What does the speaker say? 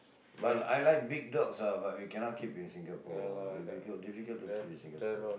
but I like big dogs ah but we cannot keep in Singapore ah we got difficult to keep in Singapore ah